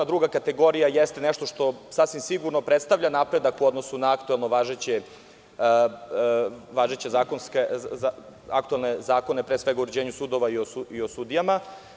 Druga kategorija jeste nešto što, sasvim sigurno, predstavlja napredak u odnosu na aktuelne važeće zakone, pre svega o uređenju sudova i o sudijama.